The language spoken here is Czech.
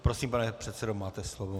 Prosím, pane předsedo, máte slovo.